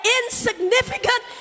insignificant